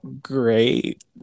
great